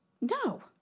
No